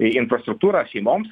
į infrastruktūrą šeimoms